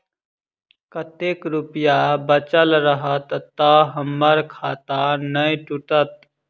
कतेक रुपया बचल रहत तऽ हम्मर खाता नै टूटत?